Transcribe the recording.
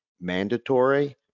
mandatory